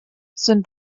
sind